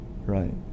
Right